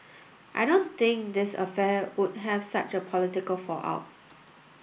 I don't think this affair would have such a political fallout